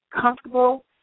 comfortable